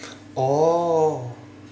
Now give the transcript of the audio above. oh